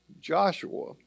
Joshua